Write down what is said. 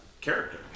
character